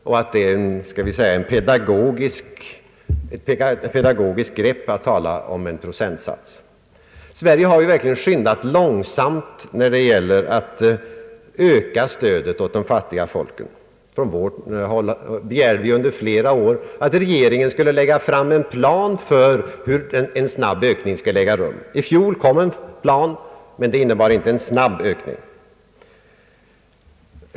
Man kan säga att det är ett pedagogiskt grepp att tala om en procentsats. Sverige har verkligen skyndat långsamt när det gällt att öka stödet till de fattiga folken. Vårt parti begärde under flera år att regeringen skulle lägga fram en plan för hur en snabb ökning av u-hjälpen skall ske. I fjol framlades en plan, men den innebar inte en snabb ökning.